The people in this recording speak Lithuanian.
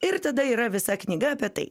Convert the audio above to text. ir tada yra visa knyga apie tai